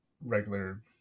regular